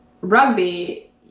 rugby